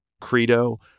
credo